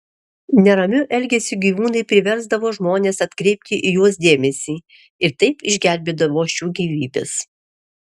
neramiu elgesiu gyvūnai priversdavo žmones atkreipti į juos dėmesį ir taip išgelbėdavo šių gyvybes